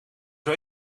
zou